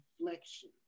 reflection